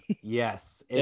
yes